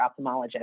ophthalmologist